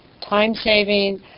time-saving